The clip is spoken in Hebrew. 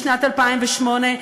בשנת 2008,